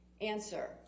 Answer